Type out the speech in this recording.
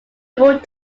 gold